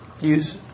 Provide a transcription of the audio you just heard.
Use